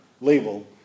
label